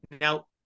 Now